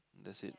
that's it